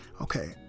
okay